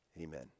Amen